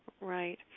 Right